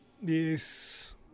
yes